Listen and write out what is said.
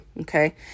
okay